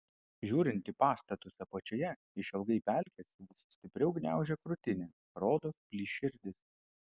žiūrint į pastatus apačioje išilgai pelkės vis stipriau gniaužia krūtinę rodos plyš širdis